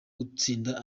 gutsinda